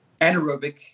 Anaerobic